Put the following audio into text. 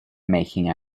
making